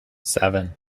seven